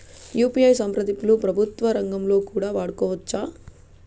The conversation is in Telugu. యు.పి.ఐ సంప్రదింపులు ప్రభుత్వ రంగంలో కూడా వాడుకోవచ్చా?